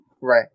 Right